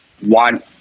one